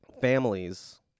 families